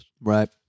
Right